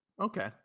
okay